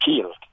killed